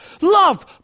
Love